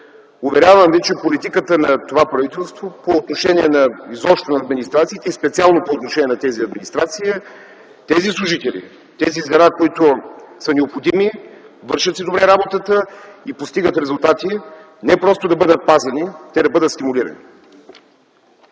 Уверявам ви, че политиката на това правителство по отношение изобщо на администрацията, и специално по отношение на тези администрации, е тези служители, тези звена, които са необходими, вършат си добре работата и постигат резултати, не просто да бъдат пазени - те да бъдат стимулирани.